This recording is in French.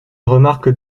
remarques